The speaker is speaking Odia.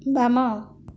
ବାମ